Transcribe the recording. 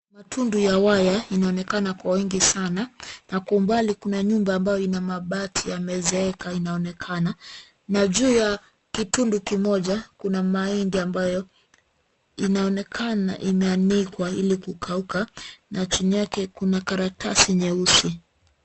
Matundu ya waya inaonekana kwa wingi sana na kwa umbali kuna nyumba ambayo inamabati yamezeeka inaonekana juu ya kitundu kimoja kuna mahindi ambayo inaonekana imeanikwa ili kukauka na chini yake kuna karatatasi nyeusi.